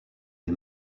des